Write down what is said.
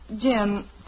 Jim